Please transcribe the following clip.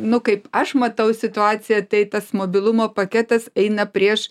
nu kaip aš matau situaciją tai tas mobilumo paketas eina prieš